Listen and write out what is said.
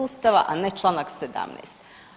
Ustava, a ne čl. 17.